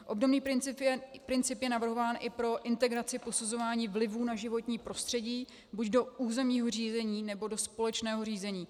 Obdobný princip je navrhován i pro integraci posuzování vlivu na životní prostředí buď do územního řízení, nebo do společného řízení.